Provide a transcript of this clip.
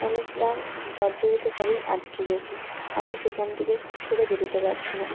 অনেকটা জর্জরিতভাবেই আটকে গেছি আমি সেখান থেকে ছেড়ে বেরোতে পারছি না